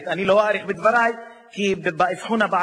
אותם במלאכת ההוראה באחד מבתי-הספר,